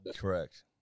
Correct